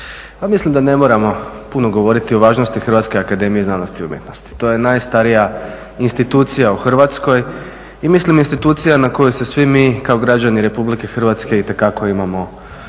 mislim da ne moramo puno govoriti o važnosti Hrvatske akademije znanosti i umjetnosti, to je najstarija institucija u Hrvatskoj i mislim institucija na koju se svi mi kao građani Republike Hrvatske itekako imamo